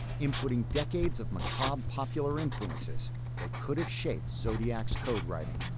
inputting decades of macabre popular influences that could have shaped zodiac's code writing. oh,